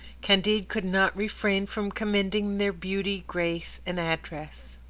candide could not refrain from commending their beauty, grace, and address.